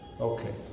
Okay